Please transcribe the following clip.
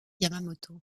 yamamoto